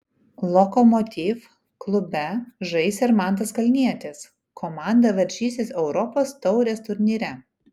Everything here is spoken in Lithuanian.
lokomotiv klube žais ir mantas kalnietis komanda varžysis europos taurės turnyre